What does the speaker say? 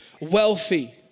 wealthy